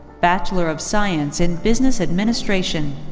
bachelor of science in business administration.